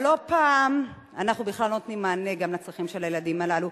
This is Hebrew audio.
אבל לא פעם אנחנו בכלל לא נותנים מענה גם לצרכים של הילדים הללו.